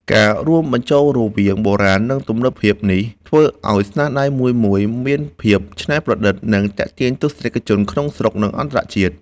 ការរួមបញ្ចូលរវាងបុរាណ និងទំនើបភាពនេះ ធ្វើឲ្យស្នាដៃមួយៗ មានភាពច្នៃប្រឌិត និងទាក់ទាញទស្សនិកជនក្នុងស្រុក និងអន្តរជាតិ។